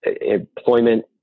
employment